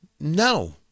No